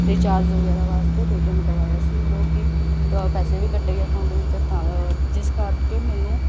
recharge ਵਗੈਰਾ ਵਾਸਤੇ Paytm ਕਰਵਾਇਆ ਸੀ ਜੋ ਕਿ ਤੁਆ ਪੈਸੇ ਵੀ ਕੱਟੇ ਗਏ ਅਕਾਊਂਟ ਵਿੱਚ ਤਾਂ ਜਿਸ ਕਰਕੇ ਮੈਨੂੰ